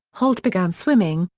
holt began swimming,